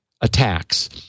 attacks